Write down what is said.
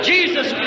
Jesus